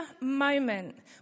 moment